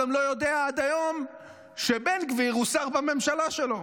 גם לא יודע עד היום שבן גביר הוא שר בממשלה שלו,